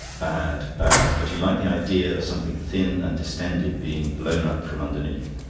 bad, bad. but he liked the idea of something thin and distended being blown up from underneath.